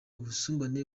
ubusumbane